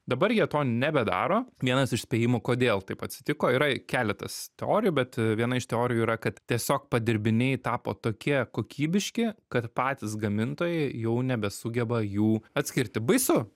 dabar jie to nebedaro vienas iš spėjimų kodėl taip atsitiko yra keletas teorijų bet viena iš teorijų yra kad tiesiog padirbiniai tapo tokie kokybiški kad patys gamintojai jau nebesugeba jų atskirti baisu